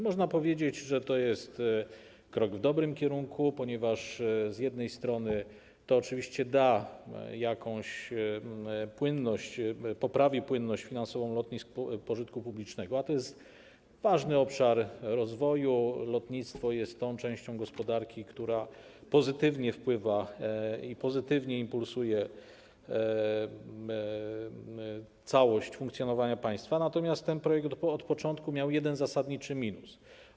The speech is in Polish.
Można powiedzieć, że to jest krok w dobrym kierunku, ponieważ z jednej strony to oczywiście poprawi płynność finansową lotnisk pożytku publicznego, a to jest ważny obszar rozwoju, lotnictwo jest tą częścią gospodarki, która pozytywnie wpływa, pozytywnie impulsuje na całość funkcjonowania państwa, natomiast z drugiej strony ten projekt od początku miał jeden zasadniczy minus.